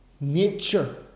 nature